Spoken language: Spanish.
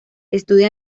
estudia